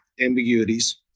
ambiguities